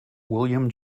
william